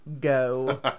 go